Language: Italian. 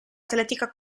atletica